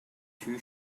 two